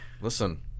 listen